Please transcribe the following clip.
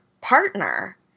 partner